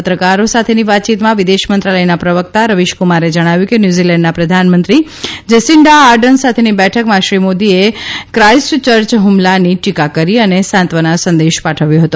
પત્રકારો સાથેની વાતયીતમાં વિદેશમંત્રાલયના પ્રવકતા રવિશકુમારે ણાવ્યું કે ન્યૂઝીલેન્ડના પ્રધાનમંત્રી જેસીન્ડા આર્ડન સાથેની લેઠકમાં શ્રી મોદીએ ક્રાઇસ્ટ ચર્ચ ફમલાની ટીકા કરી અને સાંત્વના સંદેશ પાઠવ્યો હતો